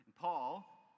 Paul